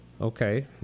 Okay